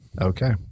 Okay